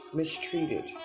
mistreated